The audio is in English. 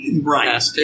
Right